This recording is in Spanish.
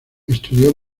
estudió